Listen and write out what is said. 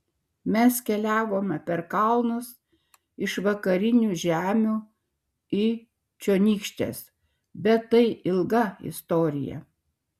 mes keliavome per kalnus iš vakarinių žemių į čionykštes bet tai ilga istorija